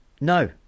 no